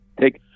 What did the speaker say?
take